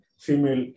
female